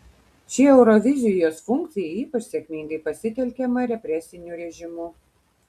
ši eurovizijos funkcija ypač sėkmingai pasitelkiama represinių režimų